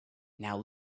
now